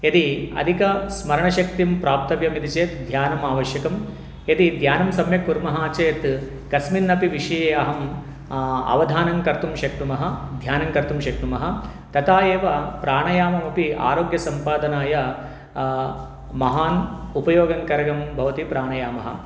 यदि अधिकं स्मरणशक्तिं प्राप्तव्यमिति चेत् ध्यानम् आवश्यकं यदि ध्यानं सम्यक् कुर्मः चेत् कस्मिन्नपि विषये अहम् अवधानं कर्तुं शक्नुमः ध्यानं कर्तुं शक्नुमः तथा एव प्राणायाममपि आरोग्यसम्पादनाय महान् उपयोगकरं भवति प्राणायामः